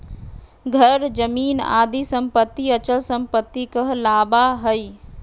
घर, जमीन आदि सम्पत्ति अचल सम्पत्ति कहलावा हइ